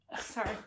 Sorry